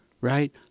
Right